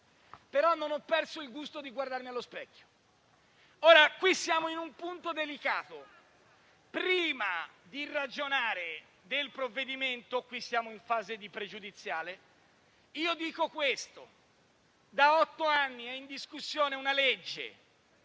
però non ho perso il gusto di guardarmi allo specchio. Ora, siamo in un punto delicato; prima di ragionare del provvedimento - siamo in fase di pregiudiziale - dico questo: da otto anni è in discussione una legge